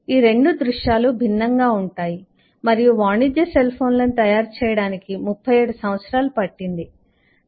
ఈ 2 దృశ్యాలు భిన్నంగా ఉంటాయి మరియు వాణిజ్య సెల్ ఫోన్లను తయారు చేయడానికి 37 సంవత్సరాలు పట్టింది ఇది మీ గణాంకాల కోసం